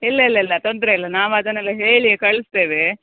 ಇಲ್ಲ ಇಲ್ಲ ಇಲ್ಲ ತೊಂದರೆ ಇಲ್ಲ ನಾವು ಅದನ್ನೆಲ್ಲ ಹೇಳಿಯೇ ಕಳಿಸ್ತೇವೆ